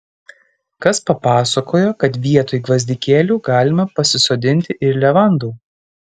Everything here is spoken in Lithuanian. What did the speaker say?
kas papasakojo kad vietoj gvazdikėlių galima pasisodinti ir levandų